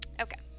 Okay